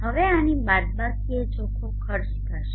હવે આની બાદબાકી એ ચોખ્ખો ખર્ચ થશે